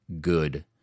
good